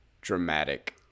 dramatic